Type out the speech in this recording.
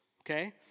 okay